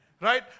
right